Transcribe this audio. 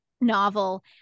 novel